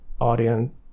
audience